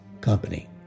company